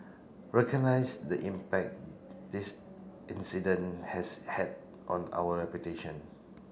recognise the impact this incident has had on our reputation